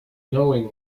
knowing